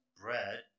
bread